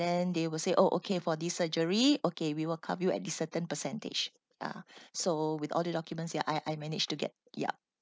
then they will say oh okay for this surgery okay we will cover you at this certain percentage ya so with all the documents ya I I managed to get yup